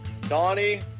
Donnie